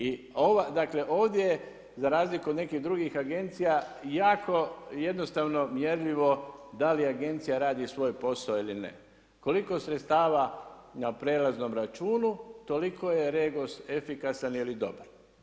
I ova, dakle ovdje za razliku od nekih drugi agencija jako jednostavno mjerljivo da li agencija radi svoj posao ili ne, koliko sredstava na prijelaznom računu toliko je Regos efikasan ili dobar.